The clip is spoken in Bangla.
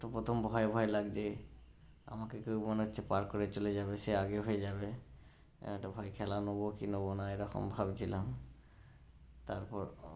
তো প্রথম ভয় ভয় লাগজে আমাকে কেউ মনে হচ্ছে পার করে চলে যাবে সে আগে পেয়ে যাবে এরম একটা ভয় খেলা নেবো কি নেবো না এরকম ভাবছিলাম তারপর